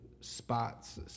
spots